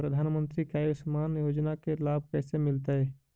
प्रधानमंत्री के आयुषमान योजना के लाभ कैसे मिलतै?